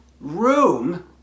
room